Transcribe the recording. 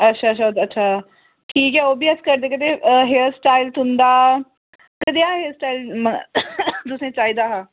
अच्छा अच्छा अच्छा ठीक ऐ ओह्बी अस करी देगे हेयरस्टाईल तुं'दा कनेहा हेयरस्टाईल तुसें चाहिदा हा